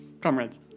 Comrades